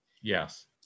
Yes